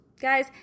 Guys